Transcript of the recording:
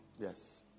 Yes